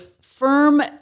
firm